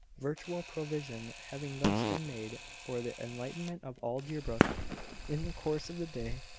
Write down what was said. virtual provision having thus been made for the enlightenment of all deerbrook in the course of the day,